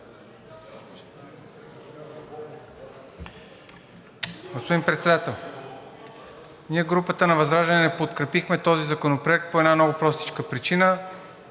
Господин Председател, ние групата на ВЪЗРАЖДАНЕ не подкрепихме този законопроект по една много простичка причина